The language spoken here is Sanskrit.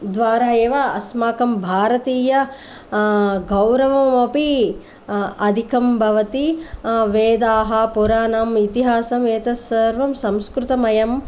द्वारा एव अस्माकं भारतीय गौरवम् अपि अधिकं भवति वेदाः पुराणं इतिहासम् एतत् सर्वं संस्कृतमयम्